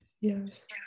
yes